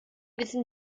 wissen